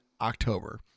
October